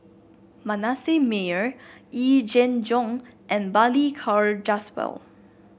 Manasseh Meyer Yee Jenn Jong and Balli Kaur Jaswal